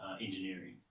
engineering